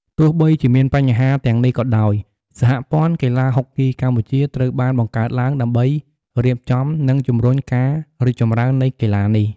ទោះបីជាមានបញ្ហាទាំងនេះក៏ដោយ សហព័ន្ធកីឡាហុកគីកម្ពុជា ត្រូវបានបង្កើតឡើងដើម្បីរៀបចំ និងជំរុញការរីកចម្រើននៃកីឡានេះ។